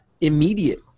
immediate